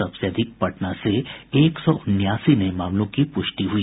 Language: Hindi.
सबसे अधिक पटना से एक सौ उनयासी नये मामलों की पुष्टि हुई